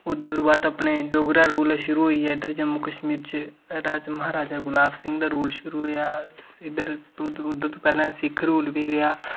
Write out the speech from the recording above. उद्धर तूं बाद अपने डोगरा रुलर शुरू होइ गे जम्मू कश्मीर च महाराजा गुलाब सिंह रूल च रेहा इद्धर ओह्दे तूं पैह्ले सिक्ख रूल बी रेहा